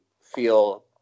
feel